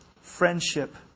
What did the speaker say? friendship